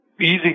easy